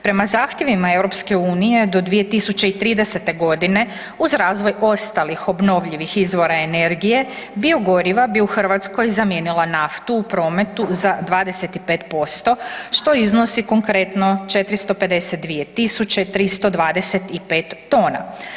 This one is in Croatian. Prema zahtjevima EU do 2030. godine uz razvoj ostalih obnovljivih izvora energije biogoriva bi u Hrvatskoj zamijenila naftu u prometu za 25% što iznosi konkretno 452.325 tona.